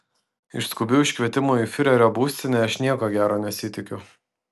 iš skubių iškvietimų į fiurerio būstinę aš nieko gero nesitikiu